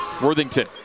Worthington